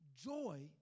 Joy